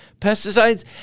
pesticides